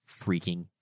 freaking